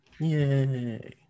yay